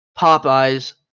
Popeye's